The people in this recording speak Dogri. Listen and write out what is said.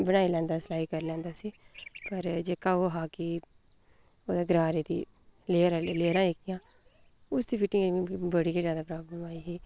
बनाई लैंदा सलाई करी लैंदा उस्सी पर जेह्का ओह् हा कि ओह्दे गरारे दी लेअर आह्ले लेअरां जेह्कियां उस्सी फिटिंग निं दी बड़ी गै ज्यादा मीं प्रॉबलम आई ही